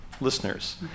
listeners